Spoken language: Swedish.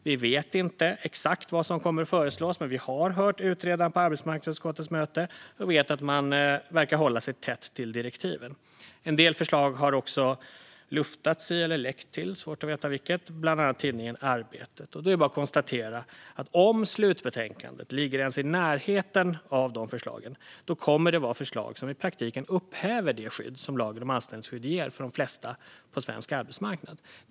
Vi vet inte exakt vad som kommer att föreslås, men vi har hört utredaren på arbetsmarknadsutskottets möte, och vi vet att denne verkar hålla sig tätt till direktiven. En del förslag har också luftats, eller läckts, svårt att veta vilket, till bland annat tidningen Arbetet. Det är bara att konstatera att om slutbetänkandet ens ligger i närheten av de förslagen kommer det att vara förslag som i praktiken upphäver det skydd som lagen om anställningsskydd ger de flesta på svensk arbetsmarknad.